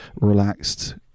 relaxed